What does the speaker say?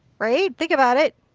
right, think about it.